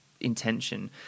intention